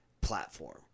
platform